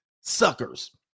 suckers